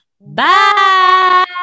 Bye